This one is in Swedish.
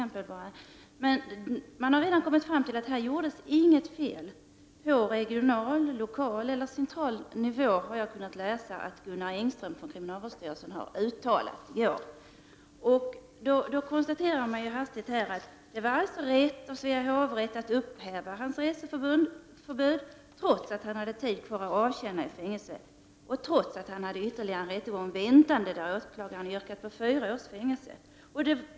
Man har redan kommit fram till att här har inget fel gjorts på regional, lokal eller central nivå. Detta skall Gunnar Engström från kriminalvårdsstyrelsen ha uttalat. Då konstaterar man hastigt att det alltså var rätt av Svea hovrätt att upphäva K G Janssons reseförbud, trots att han hade tid kvar att avtjäna i fängelse och trots att han hade ytterligare en rättegång väntande där åklagaren yrkar på fyra års fängelse.